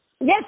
Yes